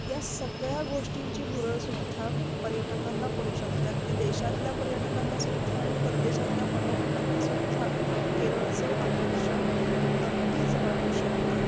या सगळ्या गोष्टींची भुरळसुद्धा पर्यटकांना पडू शकत अगदी देशातल्या पर्यटकांनासुद्धा आणि परदेशातल्या पर्यटकांनासुद्धा केरळचं आकर्षण नक्कीच वाटू शकतं